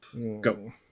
go